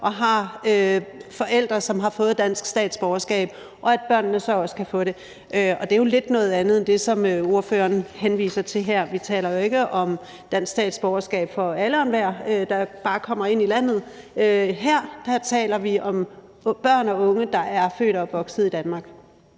og har forældre, som har fået dansk statsborgerskab, også kan få det. Og det er jo lidt noget andet end det, som ordføreren henviser til her. Vi taler jo ikke om dansk statsborgerskab for alle og enhver, der bare kommer ind i landet. Her taler vi om børn og unge, der er født og opvokset i Danmark.